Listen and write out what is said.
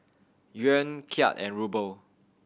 Yuan Kyat and Ruble